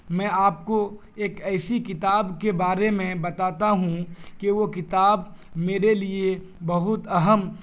میں آپ کو ایک ایسی کتاب کے بارے میں بتاتا ہوں کہ وہ کتاب میرے لیے بہت اہم